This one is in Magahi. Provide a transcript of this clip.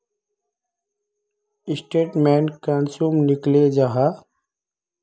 स्टेटमेंट कुंसम निकले जाहा?